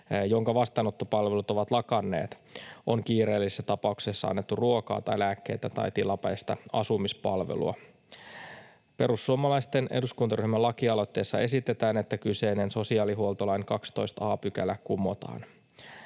jonka vastaanottopalvelut ovat lakanneet, on kiireellisessä tapauksessa annettu ruokaa tai lääkkeitä tai tilapäistä asumispalvelua. Perussuomalaisten eduskuntaryhmän lakialoitteessa esitetään, että kyseinen sosiaalihuoltolain 12 a § kumotaan.